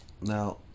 Now